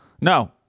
No